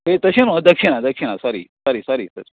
तशी न्हू तशी न्हू तशी न्हू सॉरी सॉरी